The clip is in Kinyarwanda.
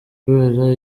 kubera